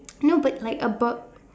no but like above